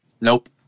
Nope